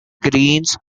greens